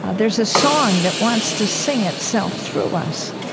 ah there's a song that wants to sing itself through us,